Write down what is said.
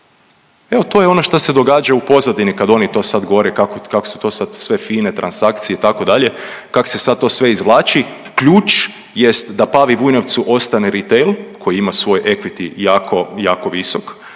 Evo, to je ono što se događa u pozadini, kad oni to sad govore kako su to sad sve fine transakcije, itd., kak se sad to sve izvlači, ključ jest da Pavi Vujnovcu ostane retail koji ima svoj equity jako, jako visok,